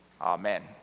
Amen